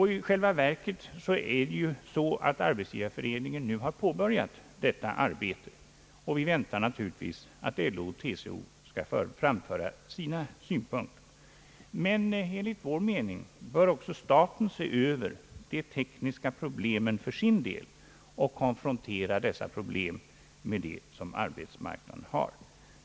I själva verket har Arbetsgivareföreningen redan påbörjat detta arbete, och vi väntar naturligtvis på att LO och TCO skall framföra sina synpunkter. Enligt vår mening bör också staten se över de tekniska problemen för sin del och konfrontera dessa med dem arbeismarknaden har.